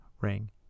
ring